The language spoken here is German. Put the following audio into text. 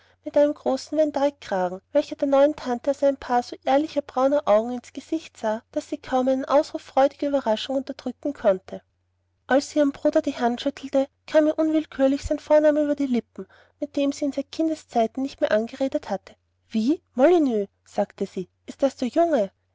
mit einem großen van dyck kragen welcher der neuen tante aus einem paar so ehrlicher brauner augen ins gesicht sah daß sie kaum einen ausruf freudiger ueberraschung unterdrücken konnte als sie ihrem bruder die hand schüttelte kam ihr unwillkürlich sein vorname auf die lippen mit dem sie ihn seit kindeszeiten nicht mehr angeredet hatte wie molyneux sagte sie ist das der junge